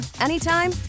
anytime